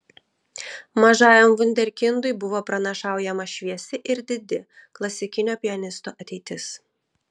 mažajam vunderkindui buvo pranašaujama šviesi ir didi klasikinio pianisto ateitis